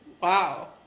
Wow